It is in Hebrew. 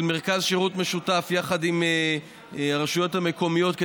של מרכז שירות משותף יחד עם הרשויות המקומית,